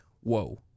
whoa